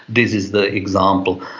this is the example.